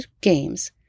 games